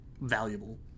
valuable